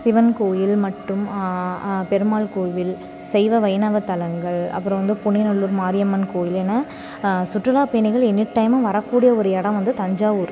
சிவன் கோவில் மற்றும் பெருமாள் கோவில் சைவ வைணவத்தலங்கள் அப்புறம் வந்து புன்னைநல்லூர் மாரியம்மன் கோவில் என சுற்றுலா பயணிகள் எனி டைமும் வரக்கூடிய ஒரு இடம் வந்து தஞ்சாவூர்